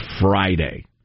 Friday